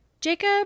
Jacob